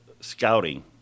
scouting